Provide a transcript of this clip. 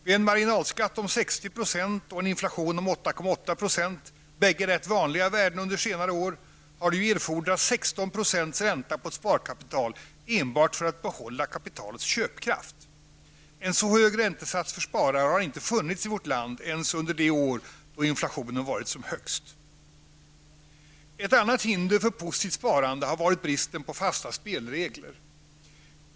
Vid en marginalskatt om 60 % och en inflation om 8,8 %, bägge rätt vanliga värden under senare år, har det erfordrats 16 % ränta på ett sparkapital enbart för att behålla kapitalets köpkraft. En så hög räntesats för sparare har inte funnits i vårt land ens under de år då inflationen varit som högst. Ett annat hinder för positivt sparande har varit bristen på fasta spelregler.